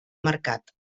marcat